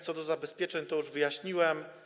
Co do zabezpieczeń to już wyjaśniłem.